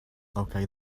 okay